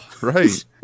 right